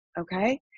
Okay